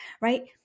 right